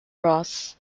ross